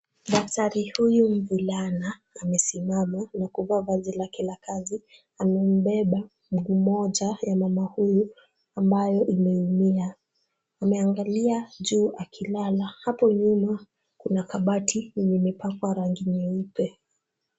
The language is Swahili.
Daktari huyu mvulana amesimama na kuvaa vazi lake la kazi. Amembeba mguu mmoja ya mama huyu, ambayo imeumia. Ameangalia juu akilala. Hapo nyuma kuna kabati lenye mipako ya rangi nyeupe.